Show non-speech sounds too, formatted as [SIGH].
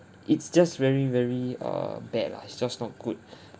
it's just very very err bad lah it's just not good [BREATH]